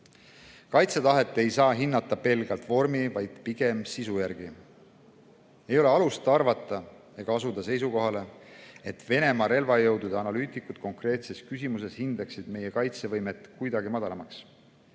Kaitsetahet ei saa hinnata pelgalt vormi järgi, vaid pigem sisu järgi. Ei ole alust arvata ega asuda seisukohale, et Venemaa relvajõudude analüütikud konkreetsel juhul peaksid meie kaitsevõimet kuidagi väiksemaks.